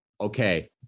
Okay